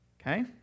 Okay